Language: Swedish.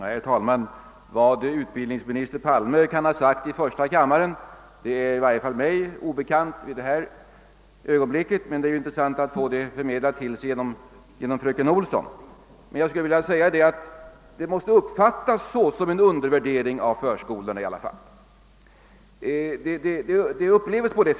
Herr talman! Vad utbildningsminister Palme kan ha sagt i dag i första kammaren är i varje fall mig obekant i detta ögonblick, men det är intressant att få det förmedlat av fröken Olsson. Utskottets förslag måste uppfattas som en undervärdering av förskolorna; så upplevs det.